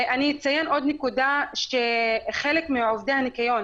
אני אציין עוד נקודה, שחלק מעובדי הניקיון